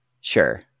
Sure